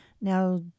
Now